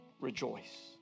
rejoice